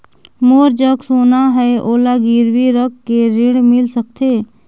मोर जग सोना है ओला गिरवी रख के ऋण मिल सकथे?